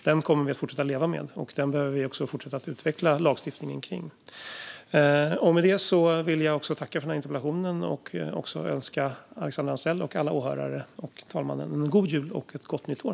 Den kommer vi att få fortsätta leva med, och vi behöver fortsätta utveckla lagstiftningen kring detta. Med detta vill jag tacka för denna interpellation och också önska Alexandra Anstrell, alla åhörare och talmannen en god jul och ett gott nytt år.